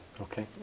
Okay